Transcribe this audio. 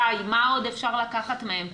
די, מה עוד אפשר לקחת מהם?